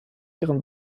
ihren